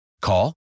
Call